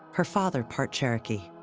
her father, part cherokee.